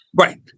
Right